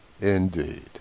indeed